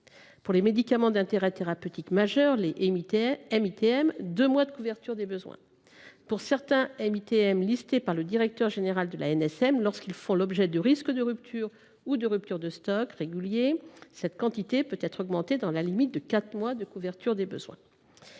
à une semaine de couverture des besoins ; pour les MITM, deux mois de couverture des besoins ; pour certains MITM listés par le directeur général de l’ANSM, lorsqu’ils font l’objet de risques de rupture ou de ruptures de stock régulières, elle peut être augmentée dans la limite de quatre mois de couverture des besoins.